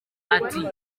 ati